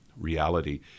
reality